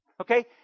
Okay